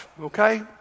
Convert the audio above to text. okay